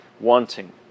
wanting